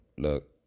Look